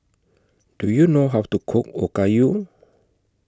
Do YOU know How to Cook Okayu